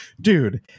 Dude